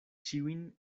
ĉiun